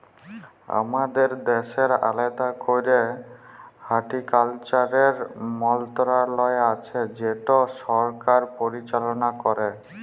আমাদের দ্যাশের আলেদা ক্যরে হর্টিকালচারের মলত্রলালয় আছে যেট সরকার পরিচাললা ক্যরে